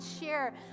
share